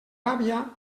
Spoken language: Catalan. ràbia